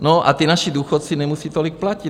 No a ti naši důchodci nemusí tolik platit.